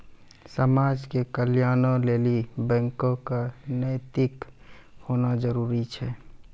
समाज के कल्याणों लेली बैको क नैतिक होना जरुरी छै